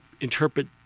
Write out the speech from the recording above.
interpret